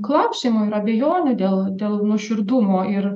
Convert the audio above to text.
klausimų ir abejonių dėl dėl nuoširdumo ir